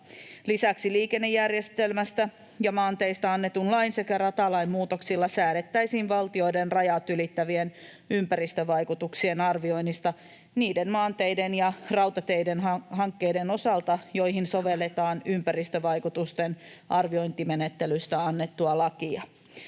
Lisäksi liikennejärjestelmästä ja maanteistä annetun lain sekä ratalain muutoksilla säädettäisiin valtioiden rajat ylittävien ympäristövaikutusten arvioinnista niiden maanteiden ja rautateiden hankkeiden osalta, joihin sovelletaan ympäristövaikutusten arviointimenettelystä annettua lakia.